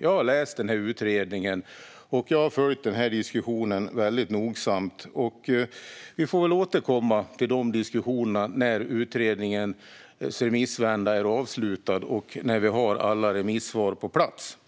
Jag har läst utredningen och följt diskussionen väldigt nogsamt. Vi får väl återkomma till dessa diskussioner när utredningens remissvända är avslutad och när vi har alla remissvar på plats.